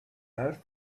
earth